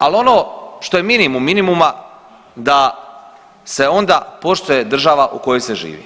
Ali ono što je minimum minimuma da se onda poštuje država u kojoj se živi.